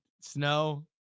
snow